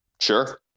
Sure